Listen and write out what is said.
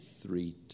three